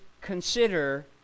consider